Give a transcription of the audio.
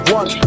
one